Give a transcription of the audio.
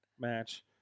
match